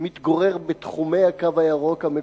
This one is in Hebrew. מתגורר בתחומי "הקו הירוק" המקודשים,